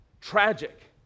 tragic